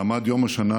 מעמד יום השנה